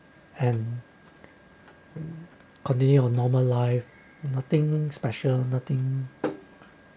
and continue on normal life nothing special nothing